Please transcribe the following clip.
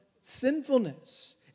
sinfulness